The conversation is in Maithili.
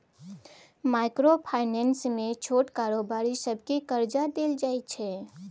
माइक्रो फाइनेंस मे छोट कारोबारी सबकेँ करजा देल जाइ छै